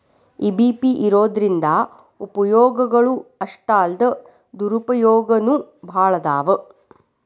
EBP ಇರೊದ್ರಿಂದಾ ಉಪಯೊಗಗಳು ಅಷ್ಟಾಲ್ದ ದುರುಪಯೊಗನೂ ಭಾಳದಾವ್